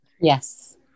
yes